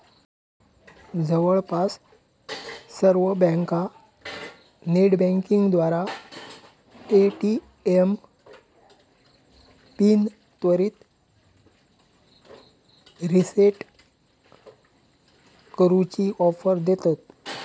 जवळपास सर्व बँका नेटबँकिंगद्वारा ए.टी.एम पिन त्वरित रीसेट करूची ऑफर देतत